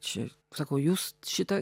čia sakau jūs šitą